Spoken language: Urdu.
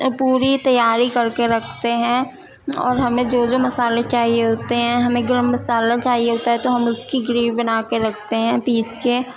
پوری تیاری کر کے رکھتے ہیں اور ہمیں جو جو مسالے چاہیے ہوتے ہیں ہمیں گرم مسالہ چاہیے ہوتا ہے تو ہم اس کی گریوی بنا کے رکھتے ہیں پیس کے